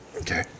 Okay